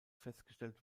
festgestellt